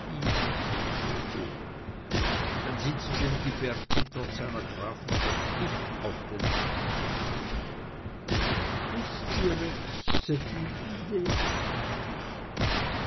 dann sind sie dem ghiberti trotz seiner grafenschaft dicht auf den hacken